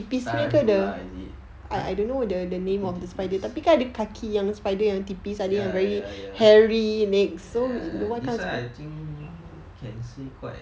tak lah tak ada lah ya ya ya ya this one I think can say quite